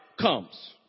comes